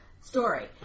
story